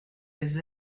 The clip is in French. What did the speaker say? les